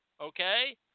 Okay